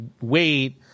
wait